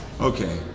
okay